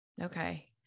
Okay